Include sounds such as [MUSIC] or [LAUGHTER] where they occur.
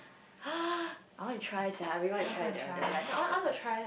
[NOISE] I want to try sia I really want to try the the live octopus